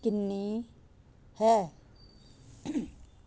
ਕਿੰਨੀ ਹੈ